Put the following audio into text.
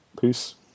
Peace